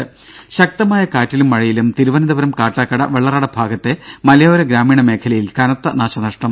ദര ശക്തമായ കാറ്റിലും മഴയിലും തിരുവനന്തപുരം കാട്ടാക്കട വെളളറട ഭാഗത്തെ മലയോര ഗ്രാമീണ മേഖലയിൽ കനത്ത നാശനഷ്ടം